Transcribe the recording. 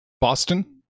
Boston